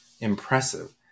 impressive